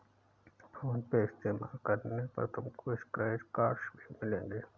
phone पे इस्तेमाल करने पर तुमको स्क्रैच कार्ड्स भी मिलेंगे